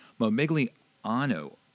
Momigliano